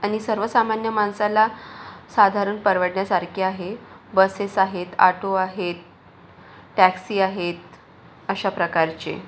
आणि सर्वसामान्य माणसाला साधारण परवडण्यासारखे आहे बसेस आहेत आटो आहेत टॅक्सी आहेत अशाप्रकारचे